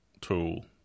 tool